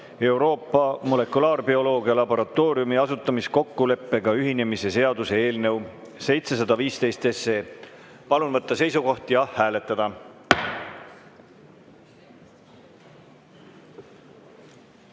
Euroopa Molekulaarbioloogia Laboratooriumi asutamiskokkuleppega ühinemise seaduse eelnõu 715. Palun võtta seisukoht ja hääletada!